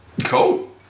cool